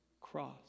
cross